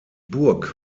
burg